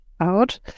out